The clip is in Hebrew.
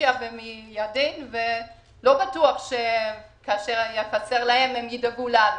מטורקיה ומירדן ולא בטוח שכאשר יהיה חסר להם הם ידאגו לנו,